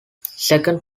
second